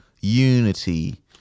unity